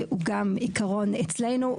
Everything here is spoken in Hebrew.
שהוא גם עיקרון אצלנו,